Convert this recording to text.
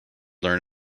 learn